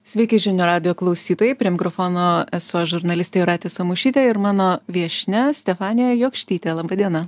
sveiki žinių radijo klausytojai prie mikrofono esu aš žurnalistė jūratė samušytė ir mano viešnia stefanija jokštytė laba diena